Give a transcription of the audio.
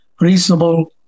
reasonable